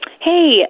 Hey